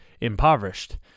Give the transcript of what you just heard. impoverished